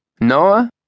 Noah